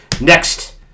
next